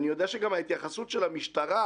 אני יודע שגם ההתייחסות של המשטרה